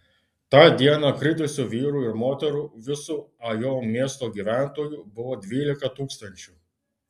tą dieną kritusių vyrų ir moterų visų ajo miesto gyventojų buvo dvylika tūkstančių